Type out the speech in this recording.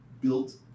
built